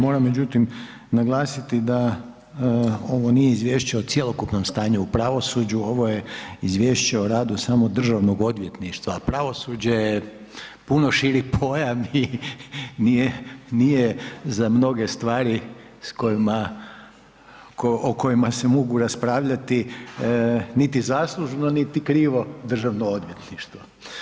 Moram međutim naglasiti da ovo nije izvješće o cjelokupnom tanju u pravosuđu, ovo je izvješće o radu samo Državnog odvjetništva, a pravosuđe je puno širi pojam i nije za mnoge stvari o kojima se mogu raspravljati niti zaslužno niti krivo Državno odvjetništvo.